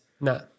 No